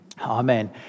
Amen